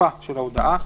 תוקפה של ההודעה,